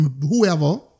whoever